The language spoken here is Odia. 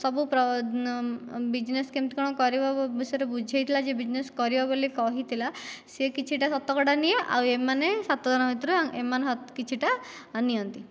ସବୁ ବୀଜନେସ୍ କେମିତି କ'ଣ କରିବ ବୁଝେଇଥିଲା ଯେ ବୀଜନେସ୍ କରିବ ବୋଲି କହିଥିଲା ସେ କିଛିଟା ଶତକଡ଼ା ନିଏ ଆଉ ଏମାନେ ସାତ ଜଣଙ୍କ ଭିତରୁ ଏମାନେ କିଛିଟା ନିଅନ୍ତି